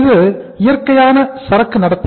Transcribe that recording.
அது இயற்கையான சரக்கு நடத்தை